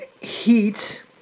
Heat